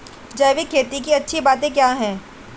जैविक खेती की अच्छी बातें क्या हैं?